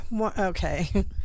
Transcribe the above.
Okay